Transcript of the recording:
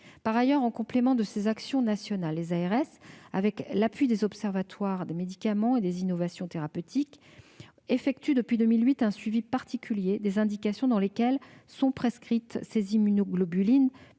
Par ailleurs, en complément de ces actions nationales, les ARS, avec l'appui des observatoires des médicaments, dispositifs médicaux et innovations thérapeutiques (Omedit) effectuent depuis 2008 un suivi particulier des indications dans lesquelles sont prescrites les immunoglobulines.